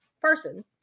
person